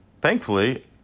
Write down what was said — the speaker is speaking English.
Thankfully